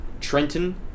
Trenton